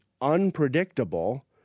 unpredictable